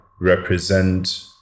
represent